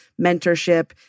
mentorship